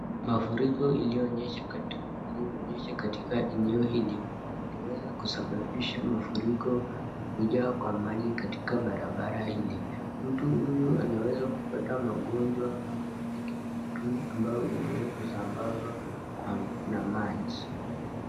Mafuriko ilionyesha katika eneo hili, iliweza kusababisha mafuriko na kujaa kwa maji katika barabara hili. Mtu huyu anaweza kupata magonjwa kama vile kipindupindu ambao unaweza kisambazwa na maji.